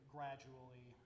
Gradually